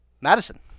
Madison